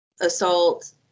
assault